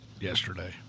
Yesterday